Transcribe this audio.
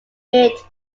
mid